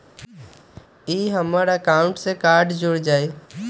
ई हमर अकाउंट से कार्ड जुर जाई?